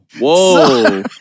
Whoa